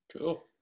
cool